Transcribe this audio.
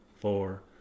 four